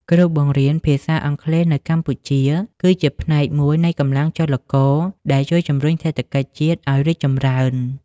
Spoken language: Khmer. គ្រូបង្រៀនភាសាអង់គ្លេសនៅកម្ពុជាគឺជាផ្នែកមួយនៃកម្លាំងចលករដែលជួយជំរុញសេដ្ឋកិច្ចជាតិឱ្យរីកចម្រើន។